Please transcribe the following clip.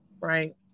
right